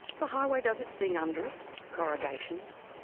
the highway does its thing under us corrugations,